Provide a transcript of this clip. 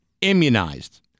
immunized